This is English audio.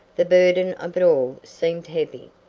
the burden of it all seemed heavy.